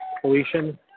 Felician